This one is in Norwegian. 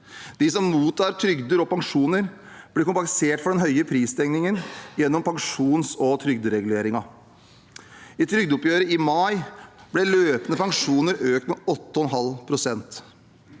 De som mottar trygder og pensjoner, blir kompensert for den høye prisstigningen gjennom pensjons- og trygdereguleringen. I trygdeoppgjøret i mai ble løpende pensjoner økt med 8,5 pst.